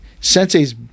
Sensei's